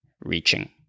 reaching